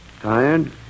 Tired